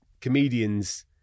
comedians